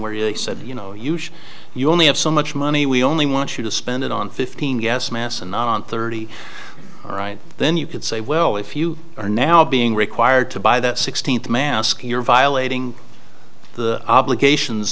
where you said you know you should you only have so much money we only want you to spend it on fifteen guess mass and on thirty right then you could say well if you are now being required to buy that sixteenth mask you're violating the obligations